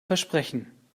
versprechen